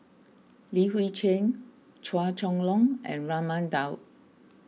Li Hui Cheng Chua Chong Long and Raman Daud